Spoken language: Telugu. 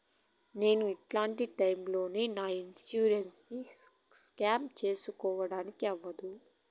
నేను ఎట్లాంటి టైములో నా ఇన్సూరెన్సు ను క్లెయిమ్ సేసుకోవడానికి అవ్వదు?